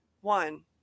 one